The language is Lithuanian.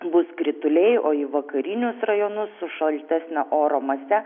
bus krituliai o į vakarinius rajonus su šaltesnio oro mase